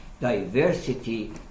diversity